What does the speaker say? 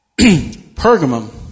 Pergamum